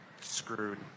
screwed